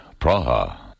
Praha